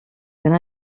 been